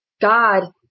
God